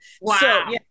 wow